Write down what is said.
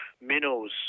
minnows